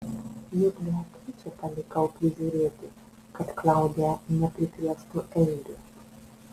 juk beatričę palikau prižiūrėti kad klaudija neprikrėstų eibių